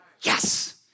yes